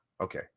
Okay